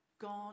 God